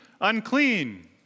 Unclean